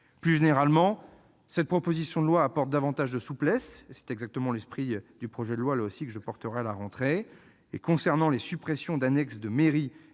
Plus généralement, cette proposition de loi apporte davantage de souplesse. Ce sera exactement l'esprit du projet de loi que je défendrai à la rentrée. Concernant les suppressions d'annexes de mairies